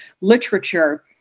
literature